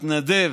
התנדב,